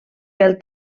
pel